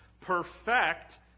perfect